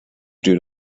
due